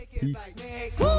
peace